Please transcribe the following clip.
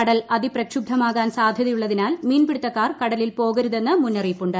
കടൽ അതിപ്രക്ഷുബ്ധമാകാൻ സാധ്യതയുള്ളതിനാൽ മീൻപിടുത്തക്കാർ കടലിൽ പോകരുതെന്ന് മുന്നറിയിപ്പ് നൽകി